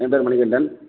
என் பேர் மணிகண்டன்